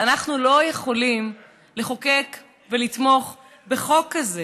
ואנחנו לא יכולים לחוקק ולתמוך בחוק כזה.